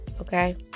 okay